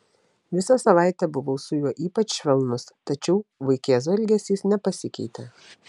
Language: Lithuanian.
visą savaitę buvau su juo ypač švelnus tačiau vaikėzo elgesys nepasikeitė